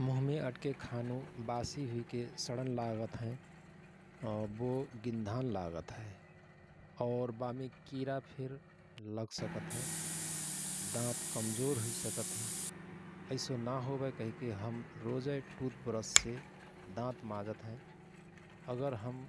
मुहमे अट्के खानु बासी हुइके सडनलागत हयं । बो गिन्धानलागतहय । और बामे किरा फिर लागसकत हय । दात कमजार हुई सकत हय। ऐसो नाहोवय कहिके हम रोजय टुथ ब्रससे दाँत माजत हयं । अगर हम